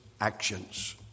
actions